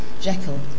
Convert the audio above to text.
Jekyll